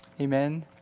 Amen